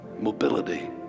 mobility